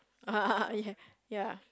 yeah ya